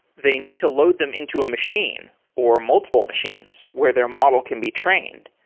they need to load them into a machine or multiple machines where their model can be trained.